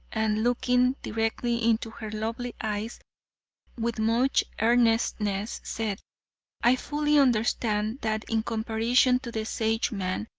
and, looking directly into her lovely eyes with much earnestness, said i fully understand that in comparison to the sage-man,